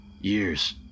Years